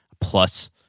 plus